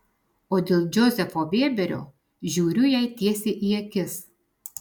o dėl džozefo vėberio žiūriu jai tiesiai į akis